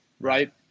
right